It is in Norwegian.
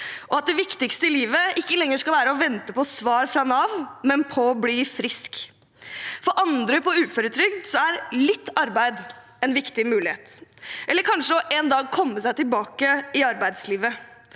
det viktigste i livet ikke lenger skal være å vente på svar fra Nav, men på å bli frisk. For andre på uføretrygd er litt arbeid en viktig mulighet, eller kanskje en dag å komme seg tilbake i arbeidslivet,